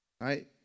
right